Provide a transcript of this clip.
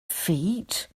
feet